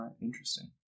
Interesting